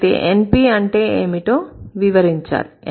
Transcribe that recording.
అయితే NP అంటే ఏమిటో వివరించాలి